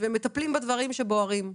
ומטפלים בדברים שבוערים.